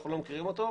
אנחנו לא מכירים אותו,